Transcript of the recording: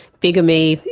bigamy.